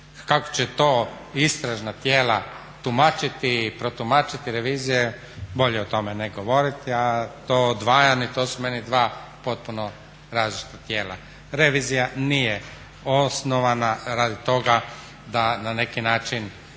kako će to istražna tijela tumačiti i protumačiti revizija bolje o tome ne govoriti. A to odvajanje, to su meni dva potpuno različita tijela. Revizija nije osnovana radi toga da na neki način